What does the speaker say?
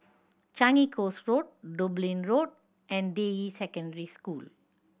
Changi Coast Road Dublin Road and Deyi Secondary School